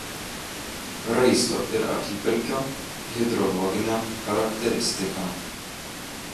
raisto ir apypelkio hidrologinė charakteristika